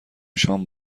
شام